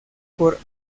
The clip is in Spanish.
por